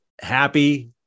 happy